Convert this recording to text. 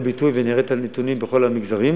ביטוי ונראה את הנתונים בכל המגזרים.